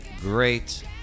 great